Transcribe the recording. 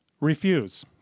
refuse